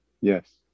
Yes